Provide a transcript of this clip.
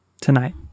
tonight